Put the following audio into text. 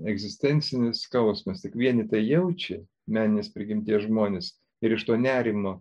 egzistencinis skausmas tik vieni tai jaučia meninės prigimties žmonės ir iš to nerimo